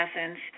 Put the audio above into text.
essence